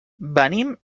venim